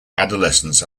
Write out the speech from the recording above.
adolescence